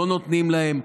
לא נותנים להם,